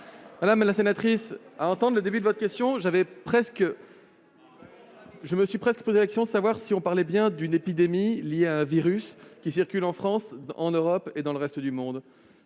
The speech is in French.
Madame la sénatrice, à entendre le début de votre question, je me suis presque demandé si l'on parlait bien d'une épidémie causée par un virus circulant en France, en Europe et dans le reste du monde,